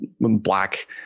black